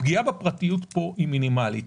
הפגיעה בפרטיות פה היא מינימלית.